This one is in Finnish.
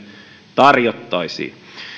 tarjottaisiin